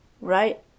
right